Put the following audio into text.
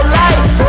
life